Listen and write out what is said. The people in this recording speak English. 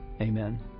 amen